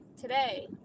today